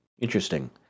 Interesting